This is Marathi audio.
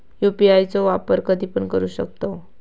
यू.पी.आय चो वापर कधीपण करू शकतव?